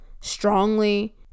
strongly